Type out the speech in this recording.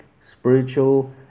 spiritual